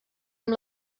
amb